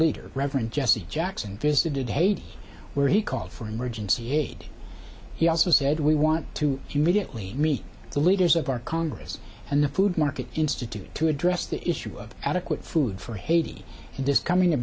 leader reverend jesse jackson visited haiti where he called for emergency aid he also said we want to you mediately meet the leaders of our congress and the food market institute to address the issue of adequate food for haiti this coming